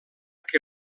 que